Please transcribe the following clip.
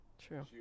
True